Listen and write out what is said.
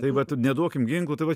tai vat neduokim ginklų tai vat